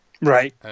Right